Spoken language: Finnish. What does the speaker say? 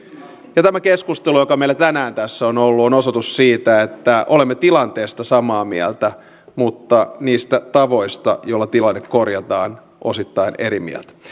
ja tämä keskustelu joka meillä tänään tässä on ollut on osoitus siitä että olemme tilanteesta samaa mieltä mutta niistä tavoista joilla tilanne korjataan osittain eri mieltä